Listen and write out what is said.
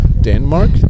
Denmark